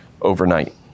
overnight